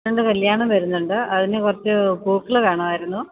രണ്ടു കല്യാണം വരുന്നുണ്ട് അതിനു കുറച്ച് പൂക്കള് വേണമായിരുന്നു